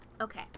Okay